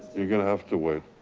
you're going to have to wait.